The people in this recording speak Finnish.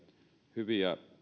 hyviä